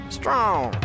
strong